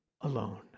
alone